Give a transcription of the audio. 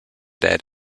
dead